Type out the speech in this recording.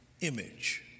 image